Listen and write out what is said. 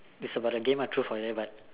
it's about the game ah truth or dare but